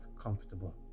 comfortable